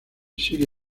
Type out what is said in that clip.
siria